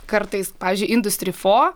kartais pavyzdžiui industri fo